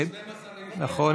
כן, נכון.